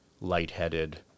lightheaded